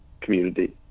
community